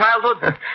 childhood